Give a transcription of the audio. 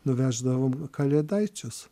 nuveždavom kalėdaičius